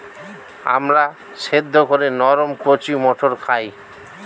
আমরা সেদ্ধ করে নরম কচি মটর খাই